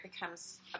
becomes